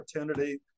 opportunity